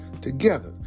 Together